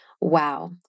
Wow